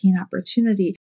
opportunity